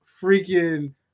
freaking